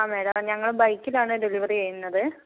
ആ മാഡം ഞങ്ങൾ ബൈക്കിലാണ് ഡെലിവറി ചെയുന്നത്